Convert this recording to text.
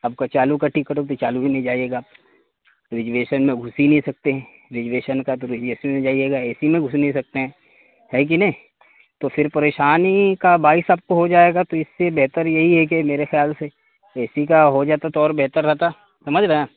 آپ کا چالو کا ٹکٹ وہ تو چالو ہی میں جائیے گا ریجویسن میں گھس ہی نہیں سکتے ہیں ریجویسن کا تو ریجویسن میں ہی جائیے گا اے سی میں گھس نہیں سکتے ہیں ہے کہ نہیں تو پھر پریشانی کا باعث آپ کو ہو جائے گا تو اس سے بہتر یہی ہے کہ میرے خیال سے اے سی کا ہو جاتا تو اور بہتر رہتا سمجھ رہے ہیں